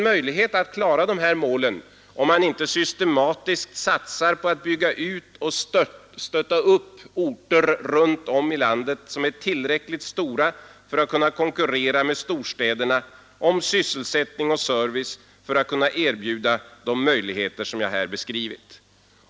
möjlighet att klara de här målen, om man inte systematiskt satsar på att bygga ut och stötta upp orter runt om i landet som är tillräckligt stora för att kunna konkurrera med storstäderna om sysselsättning och service och för att kunna erbjuda de möjligheter som jag här beskrivit.